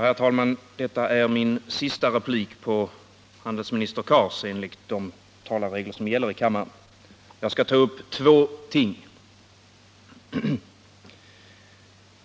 Herr talman! Detta är enligt de regler som gäller i kammaren min sista replik till handelsminister Cars. Jag skall ta upp två frågor.